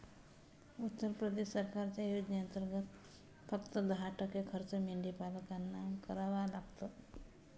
उत्तर प्रदेश सरकारच्या योजनेंतर्गत, फक्त दहा टक्के खर्च मेंढीपालकांना करावा लागतो